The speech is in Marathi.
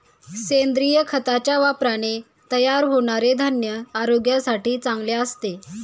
सेंद्रिय खताच्या वापराने तयार होणारे धान्य आरोग्यासाठी चांगले असते